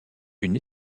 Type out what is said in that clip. une